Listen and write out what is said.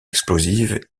explosive